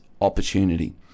opportunity